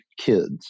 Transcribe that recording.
kids